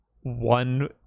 one